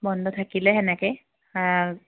বন্ধ থাকিলে তেনেকৈ